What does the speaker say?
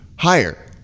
Higher